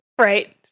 Right